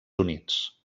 units